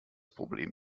problem